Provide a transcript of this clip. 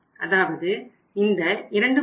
அதாவது இந்த 2